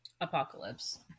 apocalypse